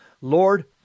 Lord